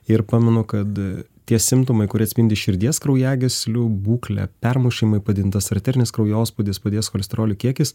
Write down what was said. ir pamenu kad tie simptomai kurie atspindi širdies kraujagyslių būklę permušimai padidintas arterinis kraujospūdis padidėjęs cholesterolio kiekis